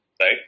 right